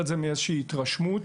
ולא מאיזו שהיא התרשמות.